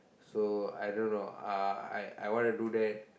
so I don't know I I I wanna do that